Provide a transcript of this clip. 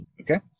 Okay